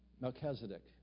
Melchizedek